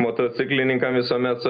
motociklininkams visuomet